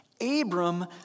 Abram